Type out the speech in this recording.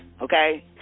okay